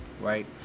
right